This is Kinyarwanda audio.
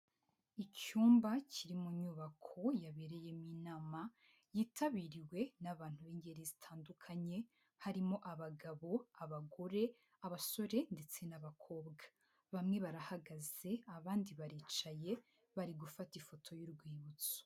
Icyumba kiri mu nyubako yabereye inama yitabiriwe n'abantu b'ingeri zitandukanye harimo: abagabo, abagore, abasore ndetse n'abakobwa, bamwe barahagaze abandi baricaye bari gufata ifoto y'urwibutso.